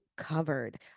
Covered